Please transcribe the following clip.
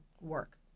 work